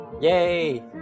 Yay